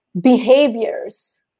behaviors